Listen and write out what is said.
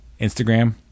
Instagram